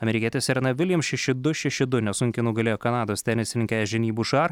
amerikietė serena viljams šeši du šeši du nesunkiai nugalėjo kanados tenisininkę žini bušar